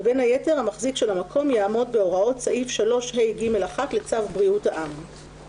ובין היתר המחזיק של המקום יעמוד בהוראות סעיף 3ה(ג1) לצו בריאות העם.